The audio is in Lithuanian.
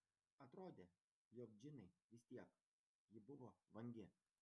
atrodė jog džinai vis tiek ji buvo vangi